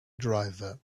driver